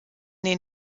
den